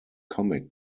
comic